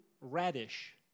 radish